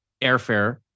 airfare